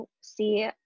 see